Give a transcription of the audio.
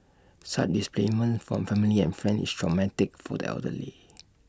such displacement from family and friends is traumatic for the elderly